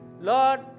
lord